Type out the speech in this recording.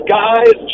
guys